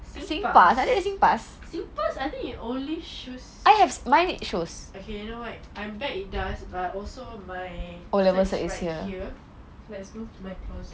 singpass singpass I think it only shows okay you know what I bet it does but also my search is right here let's look